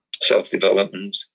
self-development